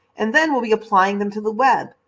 and then we'll be applying them to the web.